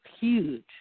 huge